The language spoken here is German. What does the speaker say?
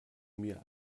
mir